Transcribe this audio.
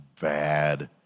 bad